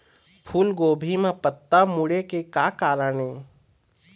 फूलगोभी म पत्ता मुड़े के का कारण ये?